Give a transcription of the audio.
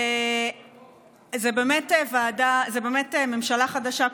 זו באמת ממשלה חדשה,